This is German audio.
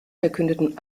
verkündeten